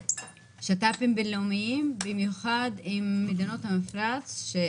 במיוחד עם מדינות המפרץ.